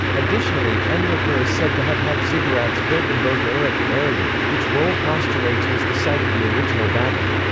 additionally, enmerkar is said to have had ziggurats built in both uruk and eridu, which rohl postulates was the site of the original babel.